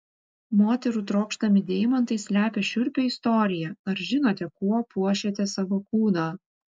moterų trokštami deimantai slepia šiurpią istoriją ar žinote kuo puošiate savo kūną